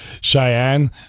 Cheyenne